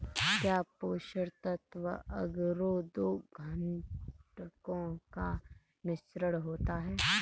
क्या पोषक तत्व अगरो दो घटकों का मिश्रण होता है?